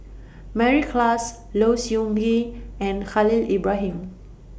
Mary Klass Low Siew Nghee and Khalil Ibrahim